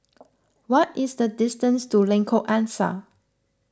what is the distance to Lengkok Angsa